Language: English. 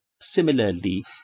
similarly